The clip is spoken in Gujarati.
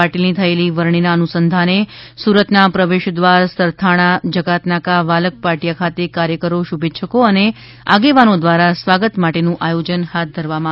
પાટીલની થયેલી વરણીના અનુસંધાને સુરતના પ્રવેશ દ્વાર સરથાણા જકાતનાકા વાલક પાટિયા ખાતે કાર્યકરો શુભેચ્છકો અને આગેવાનો દ્વારા સ્વાગત માટેનું આયોજન હાથ ધરવામાં આવ્યું હતું